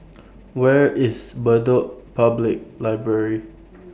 Where IS Bedok Public Library